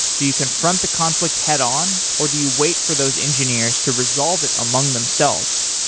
do you confront the conflict head on, or do you wait for those engineers to resolve it among themselves?